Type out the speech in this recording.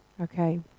Okay